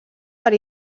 per